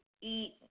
eat